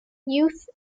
youth